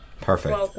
Perfect